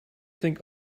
think